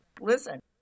Listen